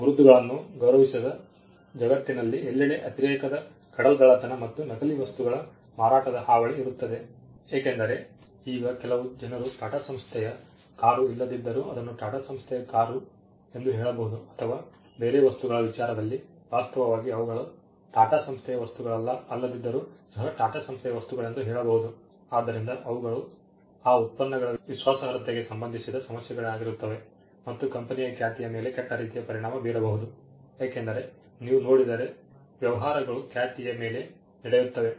ಗುರುತುಗಳನ್ನು ಗೌರವಿಸದ ಜಗತ್ತಿನಲ್ಲಿ ಎಲ್ಲೆಡೆ ಅತಿರೇಕದ ಕಡಲ್ಗಳ್ಳತನ ಮತ್ತು ನಕಲಿ ವಸ್ತುಗಳ ಮಾರಾಟದ ಹಾವಳಿ ಇರುತ್ತದೆ ಏಕೆಂದರೆ ಜನರು ಈಗ ಕೆಲವು ಜನರು ಟಾಟಾ ಸಂಸ್ಥೆಯ ಕಾರು ಇಲ್ಲದಿದ್ದರೂ ಅದನ್ನು ಟಾಟಾ ಸಂಸ್ಥೆಯ ಕಾರ್ ಎಂದು ಹೇಳಬಹುದು ಅಥವಾ ಬೇರೆ ವಸ್ತುಗಳ ವಿಚಾರದಲ್ಲಿ ವಾಸ್ತವವಾಗಿ ಅವುಗಳು ಟಾಟಾ ಸಂಸ್ಥೆಯ ವಸ್ತುಗಳಲ್ಲ ದಿದ್ದರೂ ಸಹ ಟಾಟಾ ಸಂಸ್ಥೆಯ ವಸ್ತುಗಳೆಂದು ಹೇಳಬಹುದು ಆದ್ದರಿಂದ ಅವುಗಳು ಆ ಉತ್ಪನ್ನಗಳ ವಿಶ್ವಾಸಾರ್ಹತೆಗೆ ಸಂಬಂಧಿಸಿದ ಸಮಸ್ಯೆಗಳಾಗಿರುತ್ತವೆ ಮತ್ತು ಕಂಪನಿಯ ಖ್ಯಾತಿಯ ಮೇಲೆ ಕೆಟ್ಟ ರೀತಿಯ ಪರಿಣಾಮ ಬೀರಬಹುದು ಏಕೆಂದರೆ ನೀವು ನೋಡಿದರೆ ವ್ಯವಹಾರಗಳು ಖ್ಯಾತಿಯ ಮೇಲೆ ನಡೆಯುತ್ತವೆ